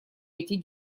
эти